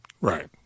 Right